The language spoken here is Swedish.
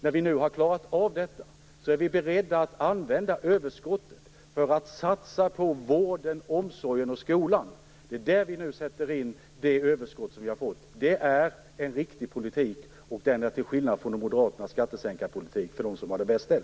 När vi i regeringen nu har klarat av detta är vi beredda att använda överskottet för att satsa på vården, omsorgen och skolan. Det är där vi nu sätter in det överskott vi har fått. Det är en riktig politik, till skillnad från Moderaternas skattesänkarpolitik för dem som har det bäst ställt.